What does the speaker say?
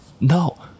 No